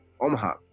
Omaha